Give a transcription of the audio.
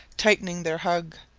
tightening their hug.